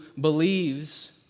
believes